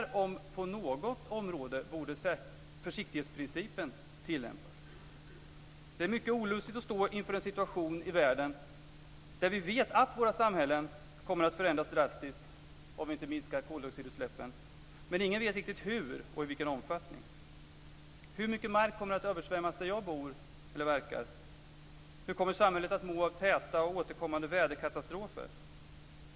Det är mycket olustigt att stå inför en situation i världen där vi vet att våra samhällen kommer att förändras drastiskt om vi inte minskar koldioxidutsläppen, men där ingen vet riktigt hur och i vilken omfattning. Hur mycket mark kommer att översvämmas där jag bor eller verkar? Hur kommer samhället att må av täta och återkommande väderkatastrofer?